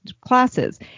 classes